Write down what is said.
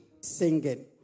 singing